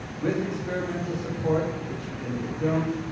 with experimental support, which again they don't,